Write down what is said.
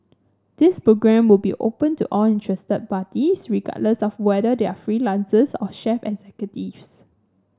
this programme will be open to all interested parties regardless of whether they are freelancers or chief executives